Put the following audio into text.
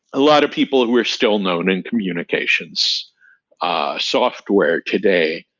a lot of people who are still known in communications ah software today,